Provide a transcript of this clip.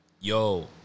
Yo